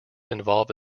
involve